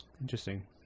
Interesting